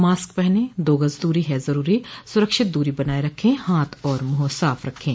mask पहनें दो गज़ दूरी है ज़रूरी सुरक्षित दूरी बनाए रखें हाथ और मुंह साफ़ रखें